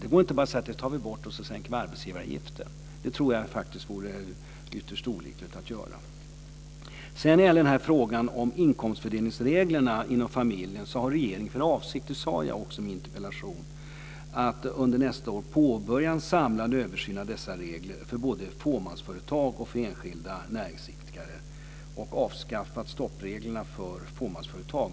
Det går inte bara att säga: Det tar vi bort, och så sänker vi arbetsgivaravgiften. Jag tror faktiskt att det vore ytterst olyckligt att göra det. När det gäller frågan om inkomstfördelningsreglerna inom familjen har regeringen för avsikt - det sade jag också i mitt interpellationssvar - att under nästa år påbörja en samlad översyn av dessa regler för både fåmansföretag och enskilda näringsidkare. Och någonting som vi har gjort är ju att vi har avskaffat stoppreglerna för fåmansföretag.